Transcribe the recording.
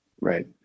right